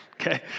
Okay